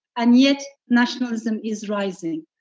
and yet nationalism is rising,